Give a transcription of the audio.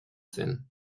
zen